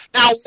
Now